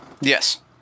Yes